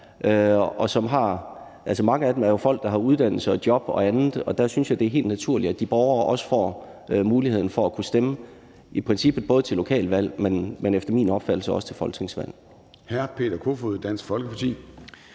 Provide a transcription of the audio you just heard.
mange af dem er jo folk, der har uddannelse og job og andet. Og der synes jeg, det er helt naturligt, at de borgere også får muligheden for i princippet at kunne stemme til både lokalvalg, men efter min opfattelse også til folketingsvalg.